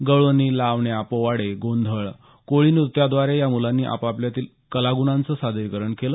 गवळणी लावण्या पोवाडे गोंधळ कोळीनृत्याद्वारे या मुलांनी आपल्यातील कलागुणांचं सादरीकरण केलं